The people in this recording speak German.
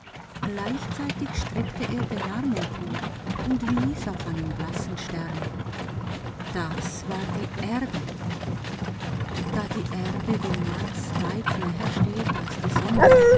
gleichzeitig streckte er den arm empor und wies auf einen blassen stern das war die erde da die erde dem mars weit näher steht als die sonne